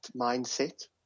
mindset